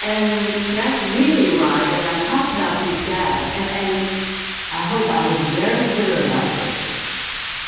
and that's really why when i talked about these data and and i hope i was very clear about this